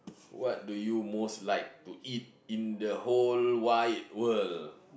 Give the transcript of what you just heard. what do you most like to eat in the whole wide world